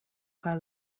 kaj